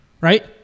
right